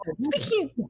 speaking